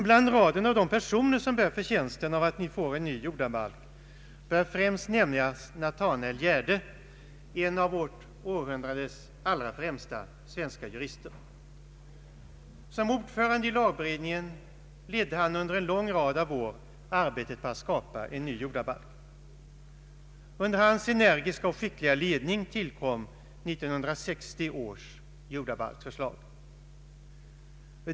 Bland raden av de personer som bär förtjänsten av att vi nu får en ny jordabalk bör främst nämnas Natanael Gärde, en av vårt århundrades allra främsta svenska jurister. Som ordförande i lagberedningen ledde han under en lång rad år arbetet på att skapa en ny jordabalk. Under hans energiska och skickliga ledning tillkom 1960 års förslag till ny jordabalk.